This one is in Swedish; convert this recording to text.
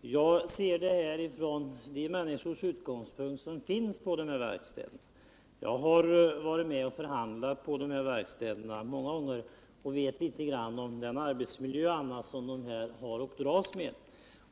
Jag ser det hela från den utgångspunkt som de människor har. vilka finns på dessa verkstäder. Jag har många gånger varit med och förhandlat på dessa verkstäder och vet därför litet grand om den arbetsmiljö och annat som dessa människor har att dras med.